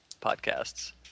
podcasts